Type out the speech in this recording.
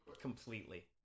Completely